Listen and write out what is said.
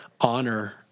honor